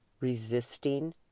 resisting